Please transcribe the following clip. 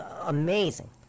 amazing